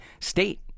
state